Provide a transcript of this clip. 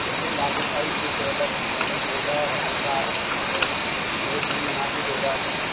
لیکن راجیش بھائی کچھ اگر ہو جائے ہلکا ہاتھ رکھ دیں تو دیکھ لیں مناسب ہو جائے تو